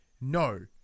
No